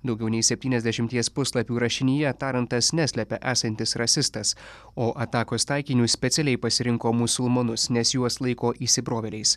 daugiau nei septyniasdešimies puslapių rašinyje tarantas neslepia esantis rasistas o atakos taikiniu specialiai pasirinko musulmonus nes juos laiko įsibrovėliais